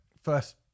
first